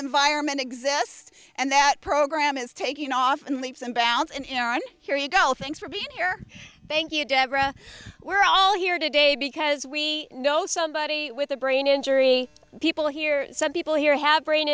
environment exists and that program is taking off in leaps and bounds and here you go thanks for being here thank you deborah we're all here today because we know somebody with a brain injury people here some people here have brain